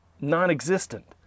non-existent